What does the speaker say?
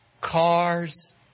cars